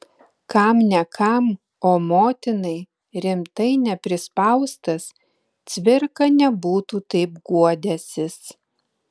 kam ne kam o motinai rimtai neprispaustas cvirka nebūtų taip guodęsis